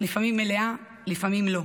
לפעמים מלאה, לפעמים לא.